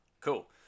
cool